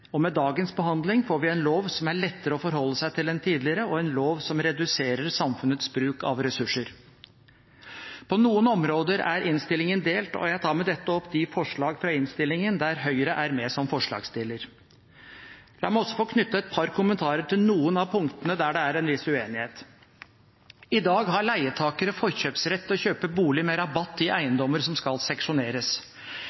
Med dagens behandling får vi en lov som er lettere å forholde seg til enn tidligere, og en lov som reduserer samfunnets bruk av ressurser. På noen områder i innstillingen er komiteen delt, og jeg tar med dette opp de forslag i innstillingen der Høyre er med som forslagsstiller. La meg også knytte et par kommentarer til noen av punktene der det er en viss uenighet. I dag har leietakere forkjøpsrett til å kjøpe bolig med rabatt i